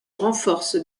renforce